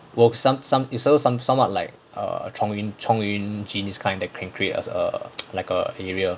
!whoa! some some it's also some some somewhat like err chong yun chong yun jeans that kind that can create as a a like a area